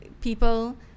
people